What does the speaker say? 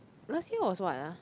last year was what ah